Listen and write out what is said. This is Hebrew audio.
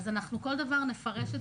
אז כל דבר נפרש.